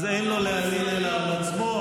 אז אין לו להלין אלא על עצמו.